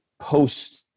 post